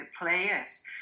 players